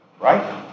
right